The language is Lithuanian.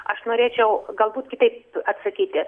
aš norėčiau galbūt kitaip atsakyti